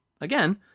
again